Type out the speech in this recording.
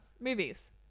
movies